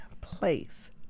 place